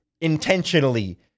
intentionally